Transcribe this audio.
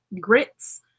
grits